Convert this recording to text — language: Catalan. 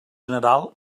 general